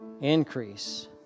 increase